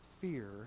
fear